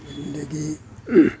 ꯑꯗꯨꯗꯒꯤ